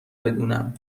بدونم